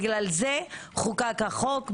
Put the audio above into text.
בגלל זה חוקק החוק,